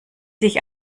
sich